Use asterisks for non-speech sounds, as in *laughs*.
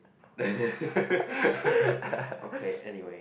*laughs* okay anyway